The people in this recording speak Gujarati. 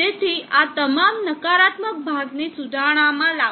જેથી આ તમામ નકારાત્મક ભાગ ને સુધારણામાં લાવશે